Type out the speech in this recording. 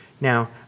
Now